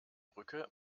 brücke